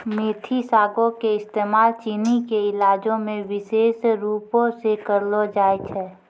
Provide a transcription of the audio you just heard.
मेथी सागो के इस्तेमाल चीनी के इलाजो मे विशेष रुपो से करलो जाय छै